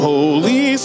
Holy